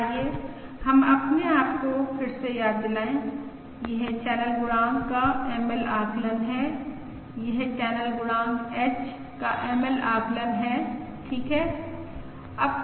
आइए हम अपने आप को फिर से याद दिलाएं यह चैनल गुणांक का ML आकलन है यह चैनल गुणांक h का ML आकलन है ठीक है